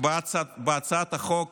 בהצעת החוק